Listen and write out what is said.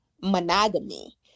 monogamy